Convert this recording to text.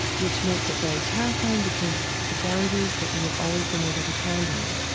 which makes it very terrifying because the boundaries that we have always been able to count on,